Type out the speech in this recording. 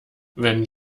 wenn